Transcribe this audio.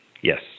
Yes